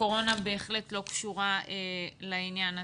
הקורונה בהחלט לא קשורה לעניין הזה.